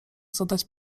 zadać